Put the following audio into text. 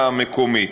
המקומית.